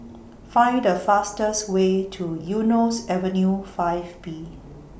Find The fastest Way to Eunos Avenue five B